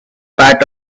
part